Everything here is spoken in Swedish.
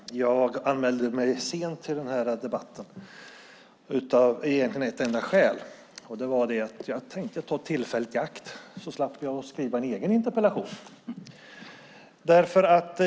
Herr talman! Jag anmälde mig sent till den här debatten, egentligen av ett enda skäl. Det var att jag tänkte ta tillfället i akt och slippa skriva en egen interpellation.